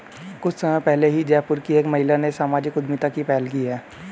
कुछ समय पहले ही जयपुर की एक महिला ने सामाजिक उद्यमिता की पहल की है